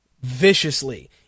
viciously